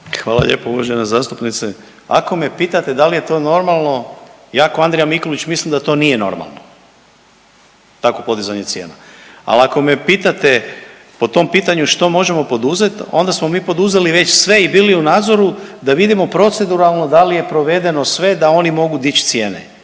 Hvala lijepo uvažene zastupnice. Ako me pitate da li je to normalno, ja ko Andrija Mikulić mislim da to nije normalno tako podizanje cijena. Ali ako me pitate po tom pitanju što možemo poduzet onda smo mi poduzeli već sve i bili u nadzoru da vidimo proceduralno da li je provedeno sve da oni mogu dić cijene.